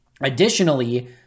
Additionally